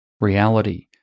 reality